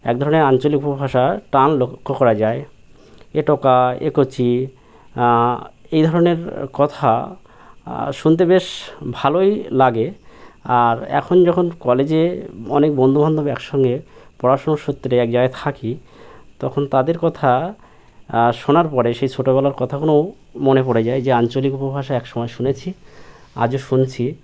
এক ধরনের আঞ্চলিক উপভাষা টান লক্ষ্য করা যায় এ টোকা এ কচি এই ধরনের কথা শুনতে বেশ ভালোই লাগে আর এখন যখন কলেজে অনেক বন্ধুবান্ধব একসঙ্গে পড়াশুনোর সূত্রে এক জায়গায় থাকি তখন তাদের কথা শোনার পরে সেই ছোটোবেলার কথাগুলোও মনে পড়ে যায় যে আঞ্চলিক উপভাষা এক সময় শুনেছি আজও শুনছি